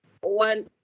one